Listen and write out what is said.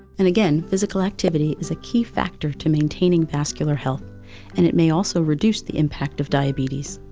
and again, physical activity is a key factor to maintaining vascular health and it may also reduce the impact of diabetes.